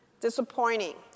disappointing